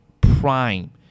prime